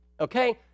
okay